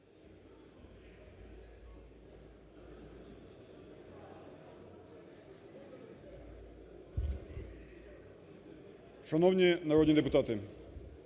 Шановні народні депутати!